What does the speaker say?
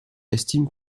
estiment